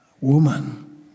Woman